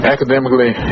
Academically